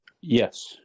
Yes